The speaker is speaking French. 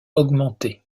augmenté